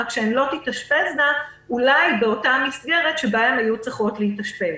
רק שהן לא יתאשפזו אולי באותה מסגרת שבה הן היו צריכות להתאשפז.